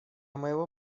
моего